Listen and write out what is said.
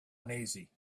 uneasy